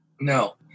No